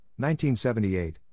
1978